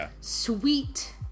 sweet